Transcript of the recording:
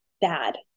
bad